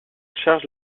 charge